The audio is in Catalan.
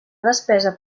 despesa